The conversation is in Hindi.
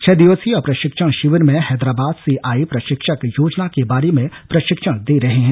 छह दिवसीय प्रशिक्षण शिविर में हैदराबाद से आए प्रशिक्षक योजना के बारे में प्रशिक्षण दे रहे हैं